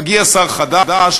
מגיע שר חדש,